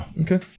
Okay